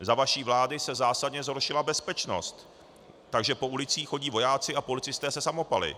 Za vaší vlády se zásadně zhoršila bezpečnost, takže po ulicích chodí vojáci a policisté se samopaly.